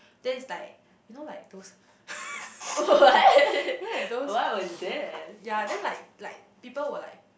then it's like you know like those you know like those yea then like like people will like